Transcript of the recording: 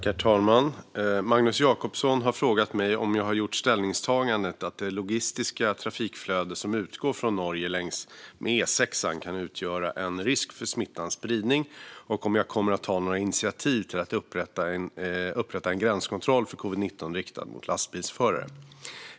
Herr talman! Magnus Jacobsson har frågat mig om jag har gjort ställningstagandet att det logistiska trafikflöde som utgår från Norge längs med E6:an kan utgöra en risk för smittans spridning och om jag kommer att ta några initiativ till att upprätta en gränskontroll för covid-19 riktad mot lastbilsförare.